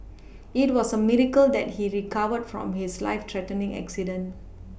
it was a miracle that he recovered from his life threatening accident